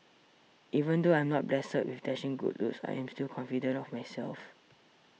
even though I'm not blessed with dashing good looks I am still confident of myself